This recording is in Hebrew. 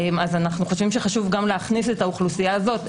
אנו חושבים שנחשוב להכניס את האוכלוסייה הזו.